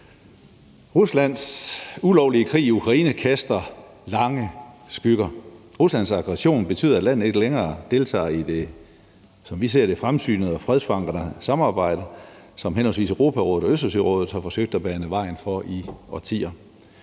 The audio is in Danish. Ruslands ulovlige krig i Ukraine kaster lange skygger. Ruslands aggression betyder, at landet ikke længere deltager i det, som vi ser det, fremsynede og fredsforankrende samarbejde, som henholdsvis Europarådet og Østersørådet har forsøgt at bane vejen for i årtier.